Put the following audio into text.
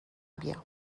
بیام